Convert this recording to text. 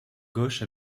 gauche